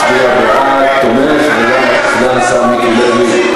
בעד, 20, שמונה מתנגדים.